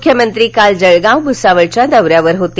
मुख्यमंत्री काल जळगाव भुसावळच्या दौऱ्यावर होते